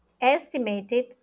estimated